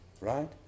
right